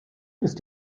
ist